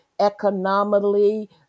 Economically